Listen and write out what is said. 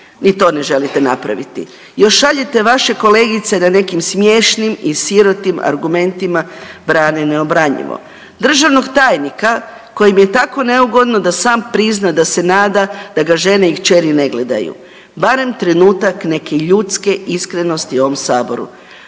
ni to ne želite napraviti, još šaljete vaše kolegice da nekim smiješnim i sirotim argumentima brane neobranjivo. Državnog tajnika kojem je tako neugodno da sam prizna da se nada da ga žena i kćeri ne gledaju. Barem trenutak neke ljudske iskrenosti u ovom saboru.